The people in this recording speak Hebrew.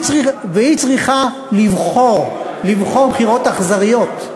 והיא צריכה לבחור בחירות אכזריות.